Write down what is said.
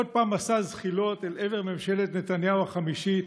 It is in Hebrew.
עוד פעם מסע זחילות אל עבר ממשלת נתניהו החמישית,